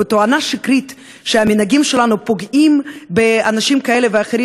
בתואנה שקרית שהמנהגים שלנו פוגעים באנשים כאלה ואחרים,